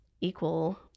equal